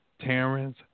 Terrence